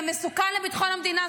המסוכן לביטחון המדינה,